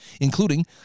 including